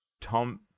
Tom